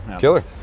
Killer